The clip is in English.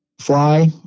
fly